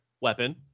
weapon